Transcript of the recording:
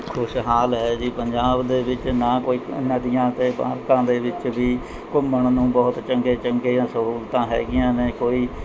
ਖੁਸ਼ਹਾਲ ਹੈ ਜੀ ਪੰਜਾਬ ਦੇ ਵਿੱਚ ਨਾ ਕੋਈ ਨਦੀਆਂ ਅਤੇ ਦੇ ਵਿੱਚ ਵੀ ਘੁੰਮਣ ਨੂੰ ਬਹੁਤ ਚੰਗੇ ਚੰਗੀਆਂ ਸਹੂਲਤਾਂ ਹੈਗੀਆਂ ਨੇ ਕੋਈ